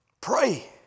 Pray